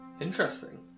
interesting